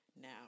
now